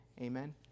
amen